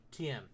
TM